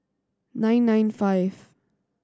nine nine five